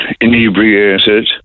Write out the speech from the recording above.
inebriated